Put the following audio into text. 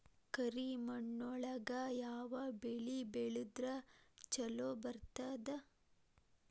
ಕರಿಮಣ್ಣೊಳಗ ಯಾವ ಬೆಳಿ ಬೆಳದ್ರ ಛಲೋ ಬರ್ತದ?